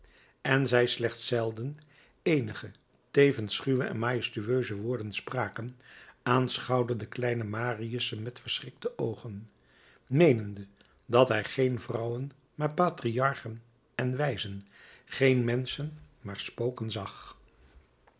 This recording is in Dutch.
en zij slechts zelden eenige tevens schuwe en majestueuse woorden spraken aanschouwde de kleine marius ze met verschrikte oogen meenende dat hij geen vrouwen maar patriarchen en wijzen geen menschen maar spoken zag